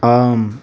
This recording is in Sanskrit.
आम्